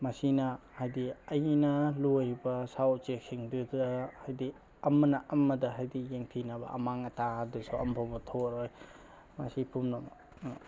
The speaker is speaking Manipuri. ꯃꯁꯤꯅ ꯍꯥꯏꯗꯤ ꯑꯩꯅ ꯂꯣꯏꯔꯤꯕ ꯁꯥ ꯎꯆꯦꯛꯁꯤꯡꯗꯨꯗ ꯍꯥꯏꯗꯤ ꯑꯃꯅ ꯑꯃꯗ ꯍꯥꯏꯗꯤ ꯌꯦꯡꯊꯤꯅꯕ ꯑꯃꯥꯡ ꯑꯇꯥ ꯑꯗꯨꯁꯨ ꯑꯃꯐꯥꯎꯕ ꯊꯣꯛꯑꯔꯣꯏ ꯃꯁꯤ ꯄꯨꯝꯅꯃꯛ